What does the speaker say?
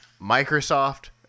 Microsoft